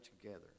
together